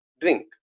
drink